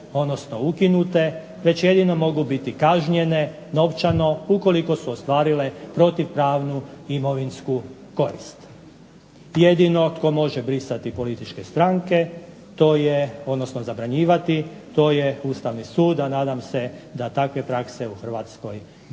odnosno ukinute već jedino mogu biti kažnjene novčano ukoliko su ostvarile protupravnu imovinsku korist. Jedino tko može brisati političke stranke to je, odnosno zabranjivati, to je Ustavni sud, a nadam se da takve prakse u Hrvatskoj biti